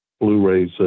Blu-rays